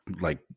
like-